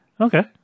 Okay